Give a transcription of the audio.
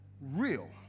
real